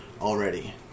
already